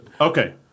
Okay